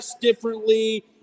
differently